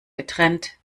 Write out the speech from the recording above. getrennt